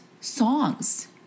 songs